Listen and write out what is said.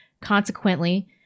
consequently